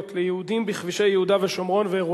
מתנגדים, אין נמנעים.